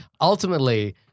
ultimately